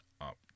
up